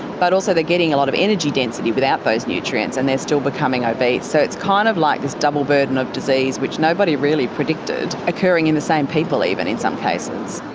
but also they're getting a lot of energy density without those nutrients and they're still becoming obese. so it's kind of like this double burden of disease which nobody really predicted, occurring in the same people even in some cases.